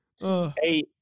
hey